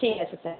ঠিক আছে স্যার